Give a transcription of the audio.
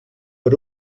per